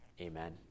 Amen